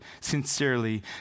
sincerely